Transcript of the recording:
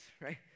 right